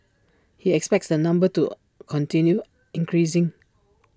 he expects the number to continue increasing